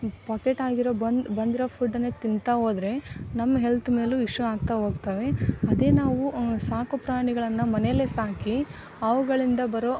ಪೊಕೆಟಾಗಿರೊ ಬಂದು ಬಂದಿರೊ ಫುಡ್ಡನೇ ತಿಂತಾ ಹೋದ್ರೆ ನಮ್ಮ ಹೆಲ್ತ್ ಮೇಲು ಇಶ್ಯೂ ಆಗ್ತಾ ಹೋಗ್ತವೆ ಅದೇ ನಾವು ಸಾಕು ಪ್ರಾಣಿಗಳನ್ನು ಮನೇಲೆ ಸಾಕಿ ಅವುಗಳಿಂದ ಬರೊ